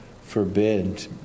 forbid